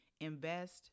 invest